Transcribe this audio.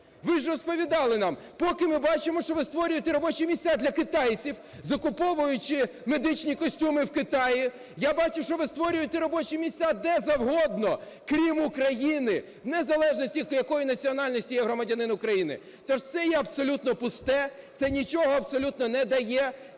Ви ж розповідали нам. Поки ми бачимо, що ви створюєте робочі місця для китайців, закуповуючи медичні костюми в Китаї. Я бачу, що ви створюєте робочі місця де завгодно, крім України, в незалежності якої національності є громадянин України. То ж це є абсолютно пусте, це нічого абсолютно не дає,